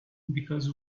because